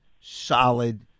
solid